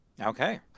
Okay